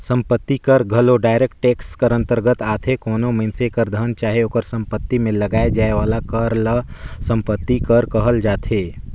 संपत्ति कर घलो डायरेक्ट टेक्स कर अंतरगत आथे कोनो मइनसे कर धन चाहे ओकर सम्पति में लगाए जाए वाला कर ल सम्पति कर कहल जाथे